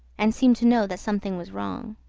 and seemed to know that something was wrong.